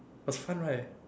was fun right